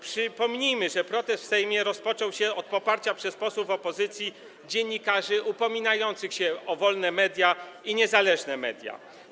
Przypomnijmy, że protest w Sejmie rozpoczął się od poparcia przez posłów opozycji dziennikarzy upominających się o wolne i niezależne media.